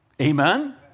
Amen